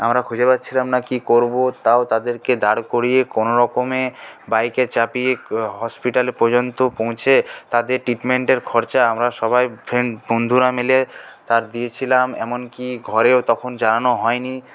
আমরা খুঁজে পাচ্ছিলাম না কি করবো তাও তাদেরকে দাঁড় করিয়ে কোনোরকমে বাইকে চাপিয়ে হসপিটাল পর্যন্ত পৌঁছে তাদের ট্রিটমেন্টের খরচা আমরা সবাই ফ্রেন্ড বন্ধুরা মিলে তা দিয়েছিলাম এমনকি ঘরেও তখন জানানো হয় নি